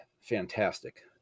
fantastic